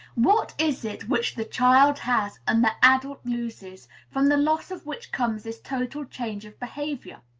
what is it which the child has and the adult loses, from the loss of which comes this total change of behavior?